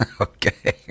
Okay